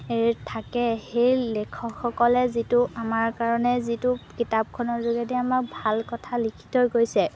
থাকে সেই লেখকসকলে যিটো আমাৰ কাৰণে যিটো কিতাপখনৰ যোগেদি আমাক ভাল কথা লিখি থৈ গৈছে